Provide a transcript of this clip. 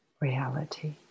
reality